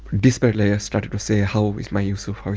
desperately, i started to say, how is my yusuf? ah